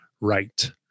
right